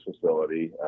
facility